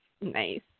Nice